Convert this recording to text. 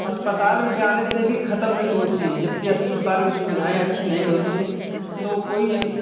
अस्पताल में जाने से भी ख़त्म नहीं होती है जबकि अस्पताल की सुविधाएँ अच्छी नहीं होती हैं तो कोई